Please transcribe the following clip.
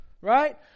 Right